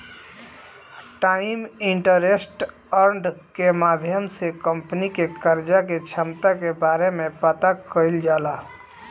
times interest earned के माध्यम से कंपनी के कर्जा के क्षमता के बारे में पता कईल जाला